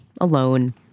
alone